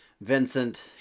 Vincent